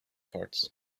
parts